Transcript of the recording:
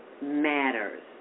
matters